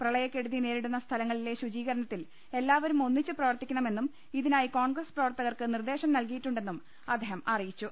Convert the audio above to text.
പ്രളയക്കെടുതി നേരിടുന്ന സ്ഥല ങ്ങളിലെ ശുചീകരണത്തിൽ എല്ലാവരും ഒന്നിച്ചു പ്രവർത്തിക്ക ണമെന്നും ഇതിനായി കോൺഗ്രസ് പ്രവർത്തകർക്ക് നിർദേശം നൽകിയിട്ടുണ്ടെന്നും അദ്ദേഹം അറിയിച്ചു